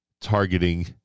targeting